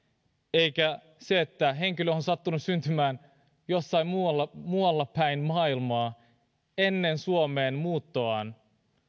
eikä sen että henkilö on sattunut syntymään jossain muuallapäin maailmaa ennen suomeen muuttoaan